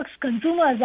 consumers